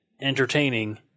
entertaining